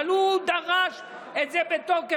אבל הוא דרש את זה בתוקף,